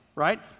right